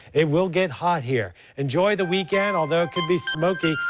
it will get hot here. enjoy the weekend. although could be smoky,